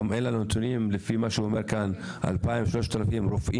גם אין לנו נתונים בערך 2,000 או 3,000 רופאים